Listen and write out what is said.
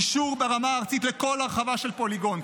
אישור ברמה הארצית לכל הרחבה של פוליגון,